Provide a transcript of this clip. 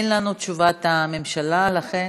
אין לנו תשובת הממשלה, לכן,